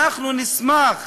נשמח